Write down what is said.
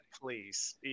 please